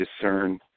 discern